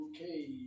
Okay